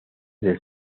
del